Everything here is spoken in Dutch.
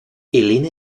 eline